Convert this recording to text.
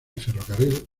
ferrocarril